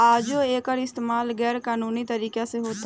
आजो एकर इस्तमाल गैर कानूनी तरीका से होता